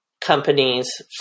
companies